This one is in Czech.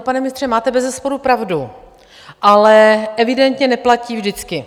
Pane ministře, máte bezesporu pravdu, ale evidentně neplatí vždycky.